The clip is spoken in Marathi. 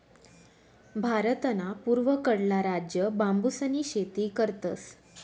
भारतना पूर्वकडला राज्य बांबूसनी शेती करतस